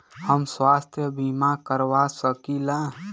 हम स्वास्थ्य बीमा करवा सकी ला?